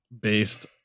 Based